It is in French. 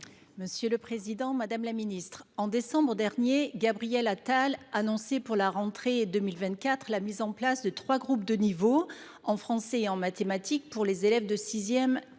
Mme Anne Ventalon. Madame la ministre, au mois de décembre dernier, Gabriel Attal annonçait, pour la rentrée 2024, la mise en place de trois groupes de niveau en français et en mathématiques pour les élèves de